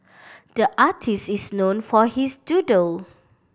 the artist is known for his doodle